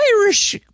Irish